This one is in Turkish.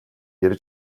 geri